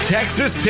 Texas